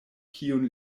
kiun